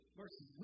mercy